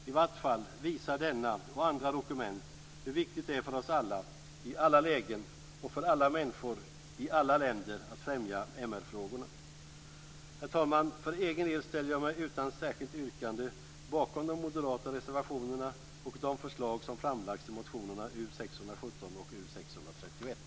I vart fall visar denna video och andra dokument hur viktigt det är för oss att i alla lägen och för alla människor i alla länder att främja MR-frågorna. Herr talman! För egen del ställer jag mig utan särskilt yrkande bakom de moderata reservationerna och de förslag som framlagts i motionerna U617 och